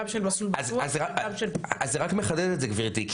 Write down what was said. אז זה רק מחדד את זה גברתי,